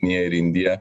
kinija indija